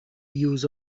use